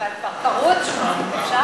אבל כבר קראו את שמו, אפשר?